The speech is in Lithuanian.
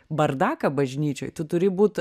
bardaką bažnyčioj tu turi būt